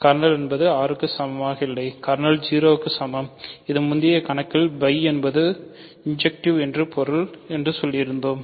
kernel 0 க்கு சமம் இது முந்தைய கணக்கில் φ என்பது இன்ஜெக்டிவ் என்று பொருள் என்று சொல்லியிருந்தோம்